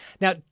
Now